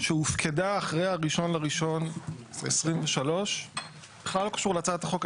שהופקדה אחרי ה-1.1.2023 בכלל לא קשור להצעת החוק.